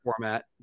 format